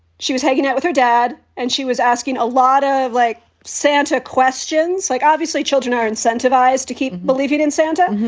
she was hanging out with her dad and she was asking a lot of like santa questions, like obviously children are incentivized to keep believing in santa.